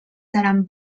seran